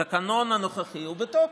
התקנון הנוכחי בתוקף.